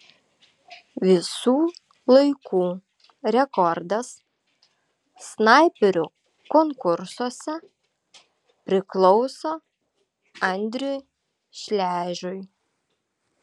visų laikų rekordas snaiperių konkursuose priklauso andriui šležui